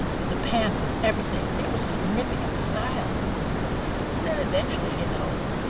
with the panthers, everything, there was significant style and then eventually, you know,